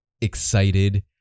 excited